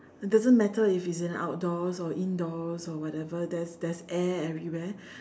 doesn't matter if it's in the outdoors or indoors or whatever there's there's air everywhere